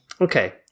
Okay